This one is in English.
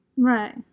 Right